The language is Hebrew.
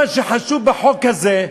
מה שחשוב בחוק הזה,